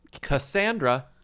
Cassandra